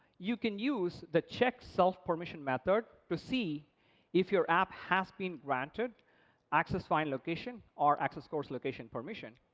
you can use the checkselfpermission method to see if your app has been granted access fine location or access coarse location permission.